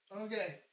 Okay